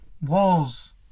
walls